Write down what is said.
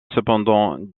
cependant